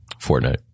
Fortnite